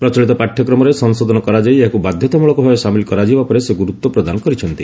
ପ୍ରଚଳିତ ପାଠ୍ୟକ୍ରମରେ ସଂଶୋଧନ କରାଯାଇ ଏହାକୁ ବାଧ୍ୟତାମ୍ବଳକ ଭାବେ ସାମିଲ କରାଯିବା ଉପରେ ସେ ଗୁରୁତ୍ୱ ପ୍ରଦାନ କରିଛନ୍ତି